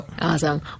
Awesome